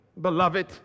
beloved